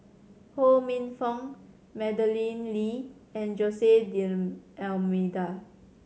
Ho Minfong Madeleine Lee and Jose D'Almeida